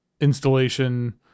installation